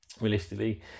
realistically